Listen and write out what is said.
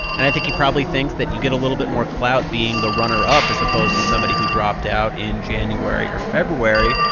and i think he probably thinks that you get a little bit more clout being the runner-up as opposed to somebody who dropped out in january or february.